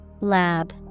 Lab